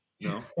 No